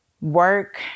Work